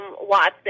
Watson